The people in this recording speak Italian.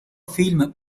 film